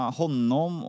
honom